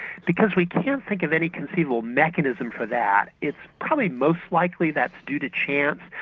because we can't think of any conceivable mechanism for that, it's probably most likely that is due to chance.